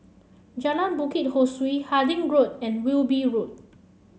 Jalan Bukit Ho Swee Harding Road and Wilby Road